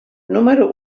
número